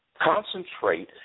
Concentrate